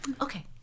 Okay